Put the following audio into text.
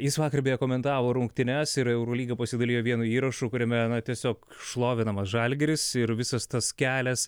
jis vakar beje komentavo rungtynes ir eurolyga pasidalijo vienu įrašu kuriame na tiesiog šlovinamas žalgiris ir visas tas kelias